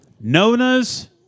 Nona's